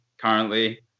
currently